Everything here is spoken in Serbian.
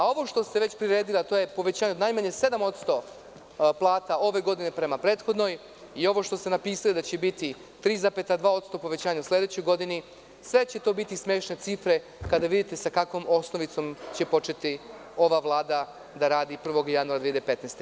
Ovo što ste već priredili, povećanje od najmanje 7% plata ove godine prema prethodnoj, i ovo što ste napisali da će biti 3,2% povećanje u sledećoj godini, sve će to biti smešne cifre kada vidite sa kakvom osnovicom će početi ova Vlada da radi 1. januara 2015. godine.